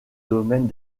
domaines